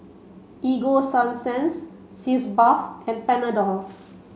Ego Sunsense Sitz bath and Panadol